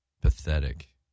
Pathetic